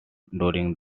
during